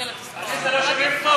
של קבוצת סיעת הרשימה המשותפת,